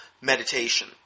meditation